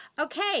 Okay